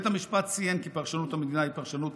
בית המשפט ציין כי פרשנות המדינה היא "פרשנות